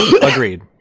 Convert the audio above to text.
Agreed